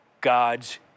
God's